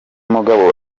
mugabo